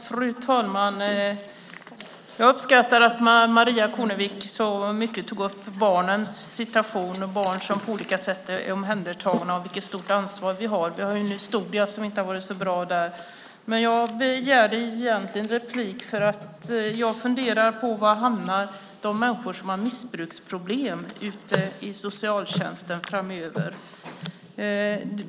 Fru talman! Jag uppskattar att Maria Kornevik Jakobsson så mycket tog upp barnens situation, barn som på olika sätt är omhändertagna och vilket stort ansvar vi har. Vi har en historia som inte har varit så bra där. Men jag begärde egentligen replik för att jag funderar över var de människor som har missbruksproblem hamnar ute i socialtjänsten framöver.